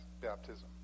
baptism